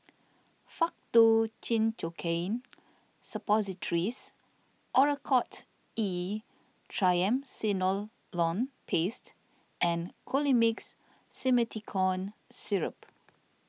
Faktu Cinchocaine Suppositories Oracort E Triamcinolone Paste and Colimix Simethicone Syrup